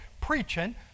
preaching